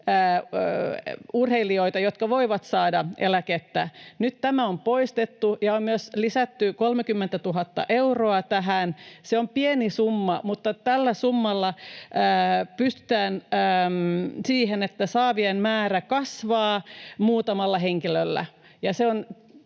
urheilijoita, jotka voivat saada eläkettä. Nyt tämä on poistettu ja on myös lisätty 30 000 euroa tähän. Se on pieni summa, mutta tällä summalla pystytään siihen, että saajien määrä kasvaa muutamalla henkilöllä.